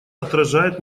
отражает